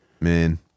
Man